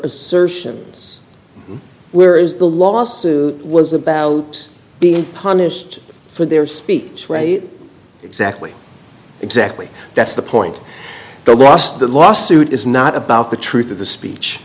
assertions where is the lawsuit was about being punished for their speech right exactly exactly that's the point they lost the lawsuit is not about the truth of the speech